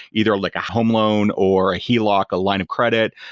either like a home loan, or a heloc, a line of credit,